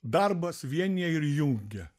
darbas vienija ir jungia